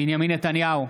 בנימין נתניהו,